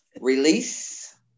release